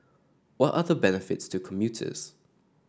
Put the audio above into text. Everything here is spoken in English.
what are the benefits to commuters